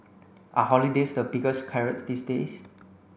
are holidays the biggest carrots these days